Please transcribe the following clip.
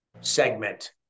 segment